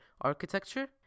architecture